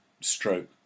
stroke